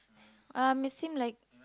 um it seem like